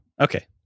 Okay